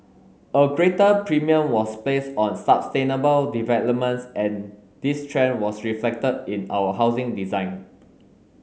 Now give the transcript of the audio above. a greater premium was placed on sustainable developments and this trend was reflected in our housing design